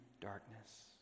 darkness